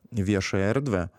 į viešąją erdvę